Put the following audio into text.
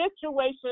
situation